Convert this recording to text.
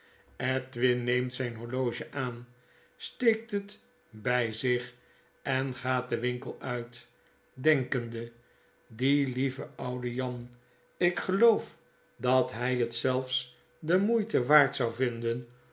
edwin neemt zijn horloge aan steekt het bg zich en gaat den winkel uit denkende die lieve oude jan ik gelopf dat hg hetzeifs de moeite waard zou vinden